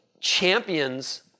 champions